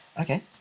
okay